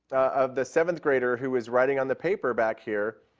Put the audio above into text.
of the seventh grader who was writing on the paper back here,